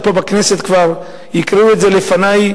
ופה בכנסת כבר הקריאו את זה לפני,